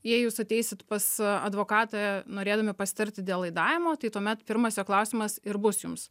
jei jūs ateisit pas advokatą norėdami pasitarti dėl laidavimo tai tuomet pirmas jo klausimas ir bus jums